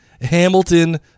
hamilton